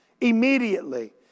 immediately